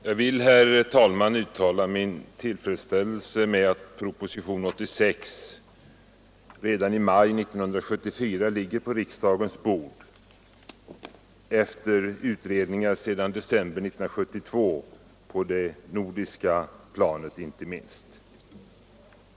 Herr talman! Jag vill uttala min tillfredsställelse över att propositionen 86 redan i maj 1974 ligger på riksdagens bord efter utredningar sedan december 1972, inte minst på det nordiska planet.